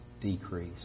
decrease